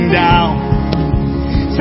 down